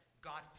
God